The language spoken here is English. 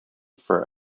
for